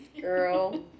girl